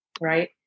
Right